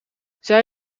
zij